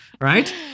right